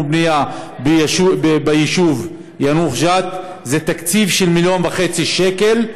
ובנייה ביישוב יאנוח-ג'ת זה תקציב של 1.5 מיליון שקל,